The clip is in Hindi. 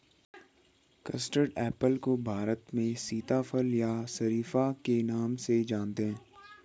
कस्टर्ड एप्पल को भारत में सीताफल या शरीफा के नाम से जानते हैं